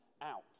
out